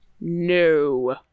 no